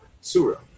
surah